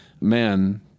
men